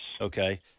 Okay